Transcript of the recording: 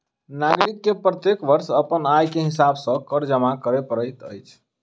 नागरिक के प्रत्येक वर्ष अपन आय के हिसाब सॅ कर जमा कर पड़ैत अछि